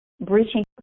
breaching